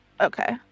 Okay